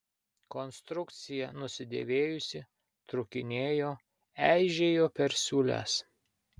konstrukcija nusidėvėjusi trūkinėjo eižėjo per siūles